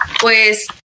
pues